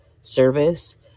service